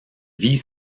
vit